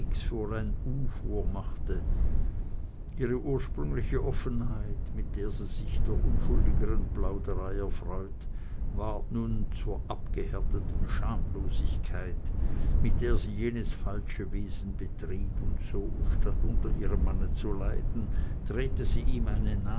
vormachte ihre ursprüngliche offenheit mit der sie sich der unschuldigeren plauderei erfreut ward nun zur abgehärteten schamlosigkeit mit der sie jenes falsche wesen betrieb und so statt unter ihrem manne zu leiden drehte sie ihm eine